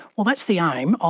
well, that's the aim.